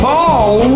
Paul